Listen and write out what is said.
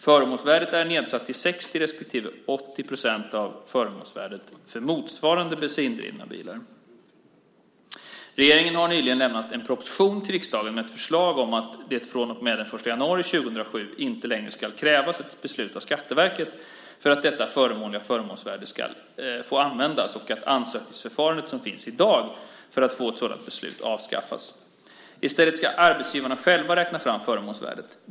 Förmånsvärdet är nedsatt till 60 respektive 80 % av förmånsvärdet för motsvarande bensindrivna bilar. Regeringen har nyligen lämnat en proposition till riksdagen med ett förslag om att det från och med den 1 januari 2007 inte längre ska krävas ett beslut av Skatteverket för att detta förmånliga förmånsvärde ska få användas och att ansökningsförfarandet som finns i dag för att få ett sådant beslut avskaffas. I stället ska arbetsgivarna själva räkna fram förmånsvärdet.